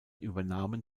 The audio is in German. übernahmen